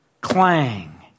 clang